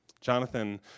Jonathan